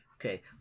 Okay